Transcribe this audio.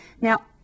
Now